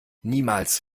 niemals